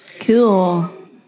Cool